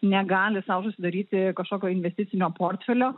negali sau susidaryti kažkokio investicinio portfelio